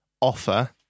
offer